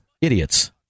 idiots